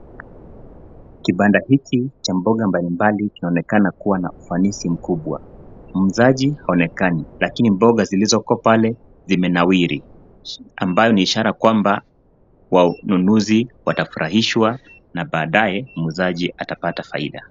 Kibanda hiki cha mboga mbalimbali kinaonekana kuwa na ufanisi mkubwa. Muuzaji haonekani lakini mboga zilizoko pale, zimenawili ambayo ni ishara kwamba wanunuzi watafurahishwa na baadae muuzaji atapata faida.